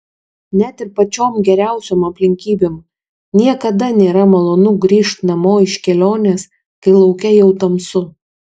net ir pačiom geriausiom aplinkybėm niekada nėra malonu grįžt namo iš kelionės kai lauke jau tamsu